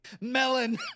melon